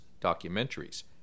documentaries